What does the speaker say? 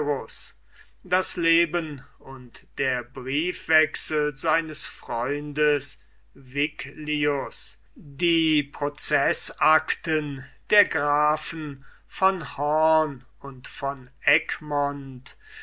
das leben und der briefwechsel seines freundes viglius die proceßakten der grafen von hoorn und von